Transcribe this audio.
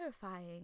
terrifying